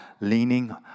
leaning